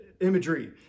imagery